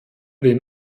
den